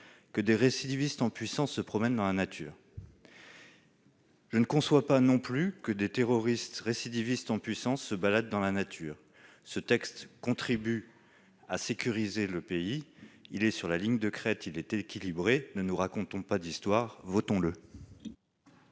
que des récidivistes en puissance se promènent dans la nature. » Pour ma part, je ne conçois pas non plus que des terroristes récidivistes en puissance se baladent dans la nature. Ce texte contribue à la sécurité du pays. Il reste sur la ligne de crête. Ses dispositions sont équilibrées : ne nous racontons pas d'histoires, votons-le